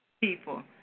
people